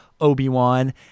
Obi-Wan